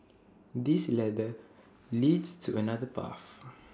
this ladder leads to another path